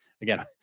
again